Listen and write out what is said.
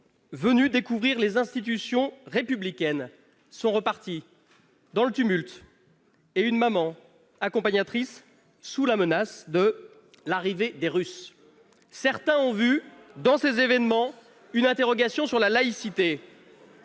venus découvrir les institutions républicaines sont repartis dans le tumulte et une maman accompagnatrice sous la menace « de l'arrivée des Russes ». Allons ! Certains ont vu dans ces événements une interrogation sur la laïcité.